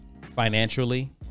financially